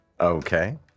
okay